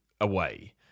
away